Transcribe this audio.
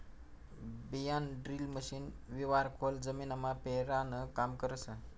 बियाणंड्रील मशीन बिवारं खोल जमीनमा पेरानं काम करस